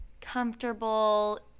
comfortable